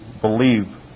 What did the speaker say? believe